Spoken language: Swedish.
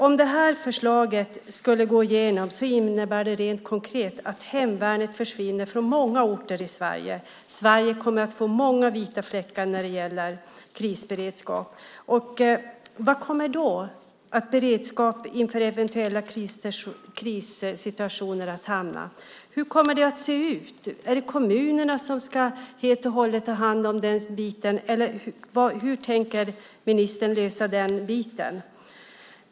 Om detta förslag går igenom innebär det rent konkret att hemvärnet försvinner från många orter i Sverige som kommer att få många vita fläckar när det gäller krisberedskap. Var kommer då beredskapen inför eventuella krissituationer att hamna? Hur kommer det att se ut? Är det kommunerna som ska ta hand om den biten helt och hållet? Eller hur tänker ministern lösa det?